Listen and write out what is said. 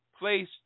place